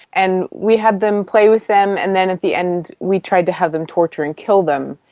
and we had them play with them and then at the end we tried to have them torture and kill them.